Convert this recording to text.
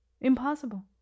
impossible